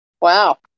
wow